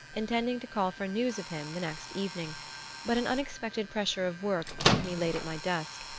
intending to call for news of him the next evening but an unexpected pressure of work kept me late at my desk,